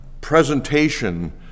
presentation